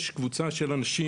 יש קבוצה של אנשים,